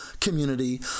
community